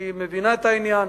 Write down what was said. היא מבינה את העניין.